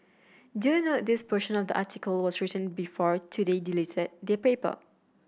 do note this portion of the article was written before Today deleted their paper